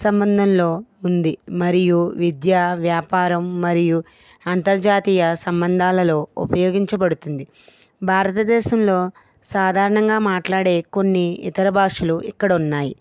సంబంధంలో ఉంది మరియు విద్య వ్యాపారం మరియు అంతర్జాతీయ సంబంధాలలో ఉపయోగించబడుతుంది భారతదేశంలో సాధారణంగా మాట్లాడే కొన్ని ఇతర భాషలు ఇక్కడ ఉన్నాయి